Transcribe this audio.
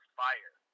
fire